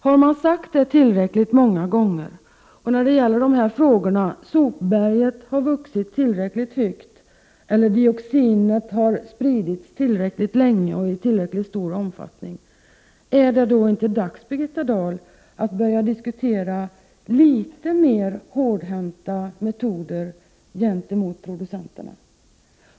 När man har sagt det tillräckligt många gånger och när i det här fallet sopberget har vuxit tillräckligt högt eller dioxinet spridits tillräckligt länge och i tillräckligt stor omfattning — är det då inte dags, Birgitta Dahl, att börja diskutera litet mer hårdhänta metoder gentemot producenterna?